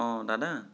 অঁ দাদা